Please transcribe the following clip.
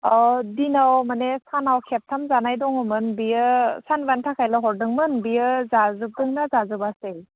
अह दिनाव माने सानाव खेबथाम जानाय दङमोन बेयो सानबानि थाखायल' हरदोंमोन बेयो जाजोबदों ना जाजोबाखै